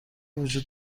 وجود